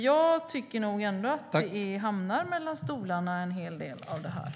Jag tycker nämligen att en hel del av det här hamnar mellan stolarna.